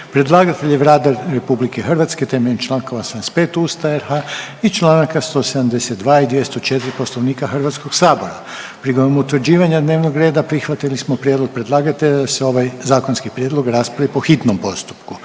Predlagatelj je Vlada temeljem čl. 85 Ustava i čl. 172 i 204 Poslovnika Hrvatskog sabora. Prigodom utvrđivanja dnevnog reda prihvatili smo prijedlog predlagatelja da se ovaj zakonski prijedlog raspravi po hitnom postupku.